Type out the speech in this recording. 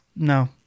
No